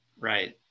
right